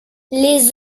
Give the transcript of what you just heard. les